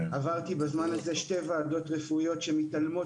עברתי בזמן הזה שתי ועדות רפואיות שמתעלמות